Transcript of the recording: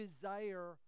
desire